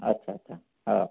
अच्छा अच्छा हो